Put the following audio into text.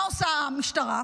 מה עושה המשטרה?